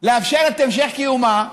להמשיך את קיומה.